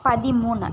பதிமூணு